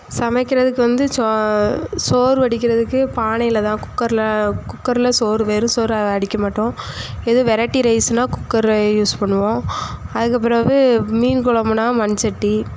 சமைக்கிறதுக்கு வந்து சோ சோறு வடிக்கிறதுக்கு பானையில் தான் குக்கரில் குக்கரில் சோறு வெறும் சோறை அடிக்கமாட்டோம் இதே வெரைட்டி ரைஸுன்னா குக்கரை யூஸ் பண்ணுவோம் அதுக்கு பிறவு மீன் குலம்புனா மண் சட்டி